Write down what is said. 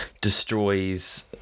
destroys